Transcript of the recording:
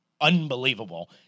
unbelievable